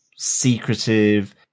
Secretive